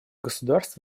государств